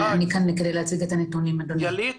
שיש בהם רכיב של מניע גזעני יותר,